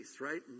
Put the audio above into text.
right